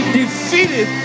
defeated